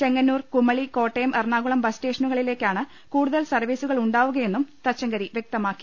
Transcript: ചെങ്ങന്നൂർ കുമളി കോട്ടയംഎറണാകുളം ബസ്സ്റ്റേഷനുകളിലേക്കാണ് കൂടു തൽ സർവീ സു കൾ ് ഉണ്ടാവു കയെന്നും തച്ചങ്കരി വ്യക്തമാക്കി